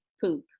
poop